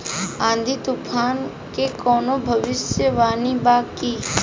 आँधी तूफान के कवनों भविष्य वानी बा की?